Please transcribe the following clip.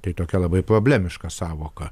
tai tokia labai problemiška sąvoka